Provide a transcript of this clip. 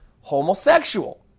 homosexual